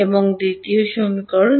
আমাদের দ্বিতীয় সমীকরণ